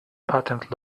patent